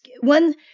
one